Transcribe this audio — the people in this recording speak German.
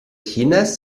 chinas